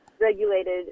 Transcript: regulated